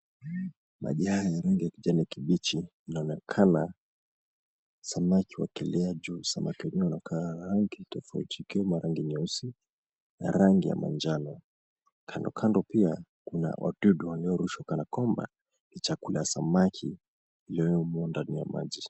Maji haya ya rangi ya kijani kibichi kunaonekana samaki wakielea juu samaki wenyewe wanakaa wa rangi tofauti ikiwemo rangi nyeusi na rangi ya manjano kando kando pia kuna wadudu waliorushwa kana kwamba ni chakula ya samaki iliyomo ndani ya maji.